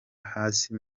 hasi